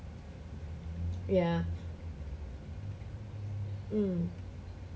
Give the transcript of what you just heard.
ya mm